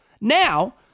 Now